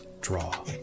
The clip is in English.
Draw